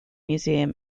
museum